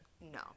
no